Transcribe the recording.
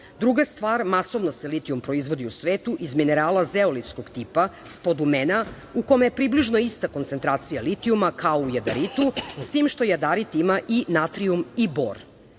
stvar, masovno se litijum proizvodi u svetu iz minerala zeolitskog tipa, spodumena, u kome je približno ista koncentracija litijuma kao u jadaritu, s tim što jadarit ima i natrijum i bor.